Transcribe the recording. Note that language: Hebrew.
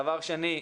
דבר שני,